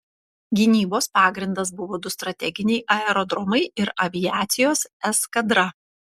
gynybos pagrindas buvo du strateginiai aerodromai ir aviacijos eskadra